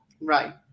Right